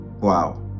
Wow